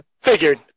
Figured